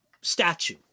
statue